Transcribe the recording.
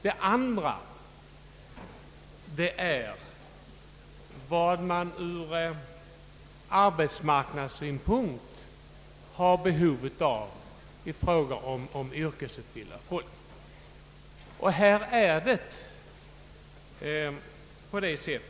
Det andra är arbetsmarknadens behov av yrkesutbildad arbetskraft.